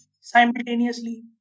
simultaneously